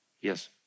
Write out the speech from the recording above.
Yes